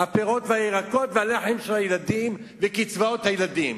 הפירות והירקות, הלחם של הילדים וקצבאות הילדים.